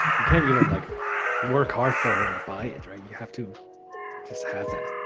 you can't even like work hard for it or buy it. right? you have to just have that